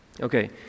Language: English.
Okay